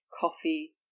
coffee